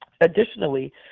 Additionally